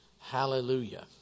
Hallelujah